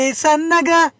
sanaga